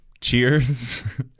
Cheers